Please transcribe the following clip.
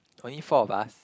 twenty four of us